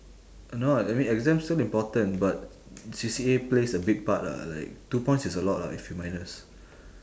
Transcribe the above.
uh no ah I mean exam still important but C_C_A plays a big part lah like two points is a lot ah if you minus